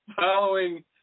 following